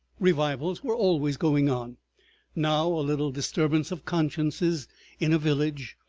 revivals were always going on now a little disturbance of consciences in a village,